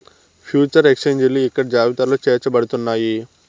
future ఎక్స్చేంజిలు ఇక్కడ జాబితాలో చేర్చబడుతున్నాయి